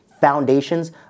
foundations